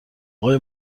آقای